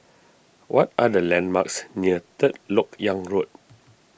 what are the landmarks near Third Lok Yang Road